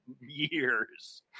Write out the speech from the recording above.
years